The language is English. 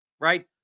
right